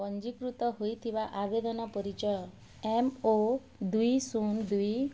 ପଞ୍ଜୀକୃତ ହୋଇଥିବା ଆବେଦନ ପରିଚୟ ଏମ୍ ଓ ଦୁଇ ଶୂନ ଦୁଇ